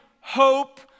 hope